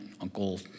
uncle